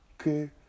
Okay